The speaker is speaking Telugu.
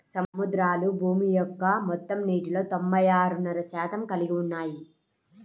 సముద్రాలు భూమి యొక్క మొత్తం నీటిలో తొంభై ఆరున్నర శాతం కలిగి ఉన్నాయి